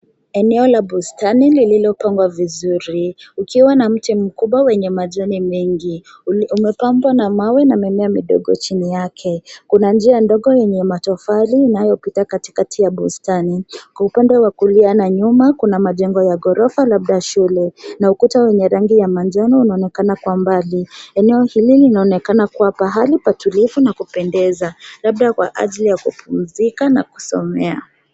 Eneo la bustani lililopangwa vizuri. Ukiwa na mti mkubwa wenye majani mengi. Umepambwa na mawe na mimea midogo chini yake. Kuna njia ndogo yenye matofali inayopita katikati ya bustani. Kwa upande wa kulia na nyuma, kuna majengo ya ghorofa labda shule na ukuta wenye rangi ya manjano unaonekana kwa mbali. Eneo hili linaonekana kuwa pahali pa tulivu na kupendeza. Labda kwa ajili ya kupuuzika na kusomea.